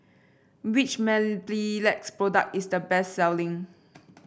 which Mepilex product is the best selling